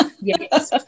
yes